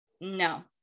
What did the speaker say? no